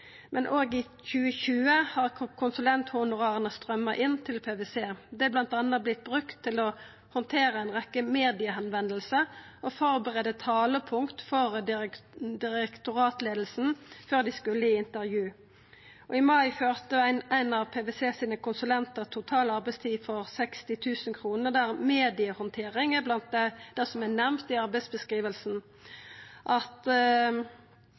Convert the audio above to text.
Men òg i 2020 har konsulenthonorara strøymt inn til PwC. Dei har bl.a. vorte brukte til å handtera ei rekkje medieførespurnader og førebu talepunkt for direktoratleiinga før dei skulle i intervju. I mai førte ein av PwC sine konsulentar total arbeidstid for 60 000 kr, der mediehandtering er blant det som er nemnt i arbeidsbeskrivinga. PwC sine konsulentar vert brukte i mediearbeid trass i at